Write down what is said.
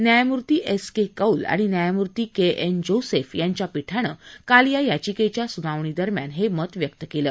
न्यायमूर्ती S K Kaul आणि न्यायमूर्ती के एन जोसेफ यांच्या पीठानं काल या याचिकेच्या सुनावणीदरम्यान हे मत व्यक्त केलं